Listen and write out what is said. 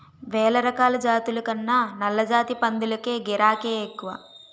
వేలరకాల జాతుల కన్నా నల్లజాతి పందులకే గిరాకే ఎక్కువ